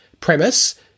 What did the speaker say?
premise